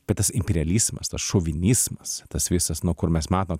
bet tas imperializmas tas šovinizmas tas visas nuo kur mes matom